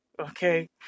Okay